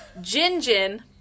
Jin-Jin